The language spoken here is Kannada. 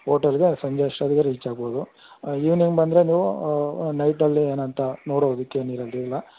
ಹೋಟಲ್ಗೆ ಸಂಜೆ ಅಷ್ಟೊತ್ತಿಗೆ ರೀಚ್ ಆಗ್ಬೋದು ಈವ್ನಿಂಗ್ ಬಂದರೆ ನೀವು ನೈಟಲ್ಲಿ ಏನಂಥ ನೋಡೋದಕ್ಕೆ ಏನೂ ಇರೋದಿಲ್ಲ